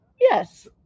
Yes